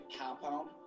compound